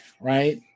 Right